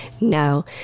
No